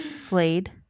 flayed